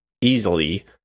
easily